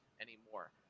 anymore